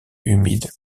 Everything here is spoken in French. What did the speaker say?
humide